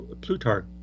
Plutarch